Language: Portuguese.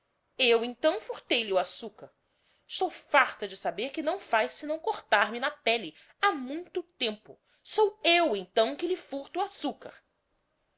eu então furtei lhe o açucar estou farta de saber que não faz senão cortar me na pelle ha muito tempo sou eu então quem lhe furto o açucar